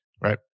Right